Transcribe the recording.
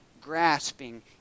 grasping